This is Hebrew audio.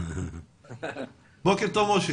תודה רבה.